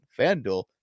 FanDuel